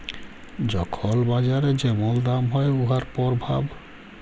যখল বাজারে যেমল দাম হ্যয় উয়ার পরভাব